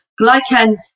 glycan